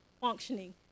functioning